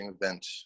event